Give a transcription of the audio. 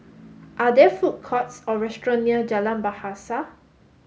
are there food courts or restaurants near Jalan Bahasa